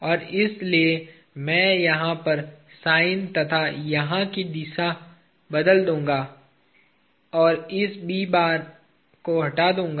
और इसलिए मैं यहाँ पर साइन तथा यहाँ की दिशा बदल दूंगा और इस हटा दूंगा